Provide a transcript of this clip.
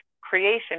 creation